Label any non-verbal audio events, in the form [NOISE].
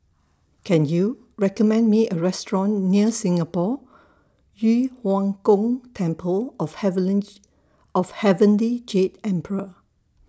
Can YOU recommend Me A Restaurant near Singapore Yu Huang Gong Temple of Heavenly [UNINTELLIGIBLE] of Heavenly Jade Emperor